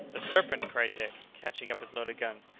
a serpent! cried dick, catching up his loaded gun.